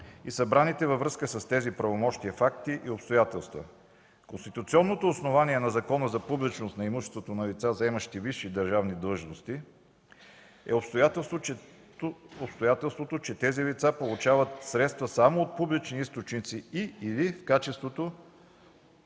и събраните във връзка с тези правомощия факти и обстоятелства. Конституционното основание на Закона за публичност на имуществото на лица, заемащи висши държавни длъжности е обстоятелството, че тези лица получават средства само от публични източници и/или в качеството